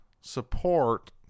support